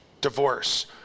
Divorce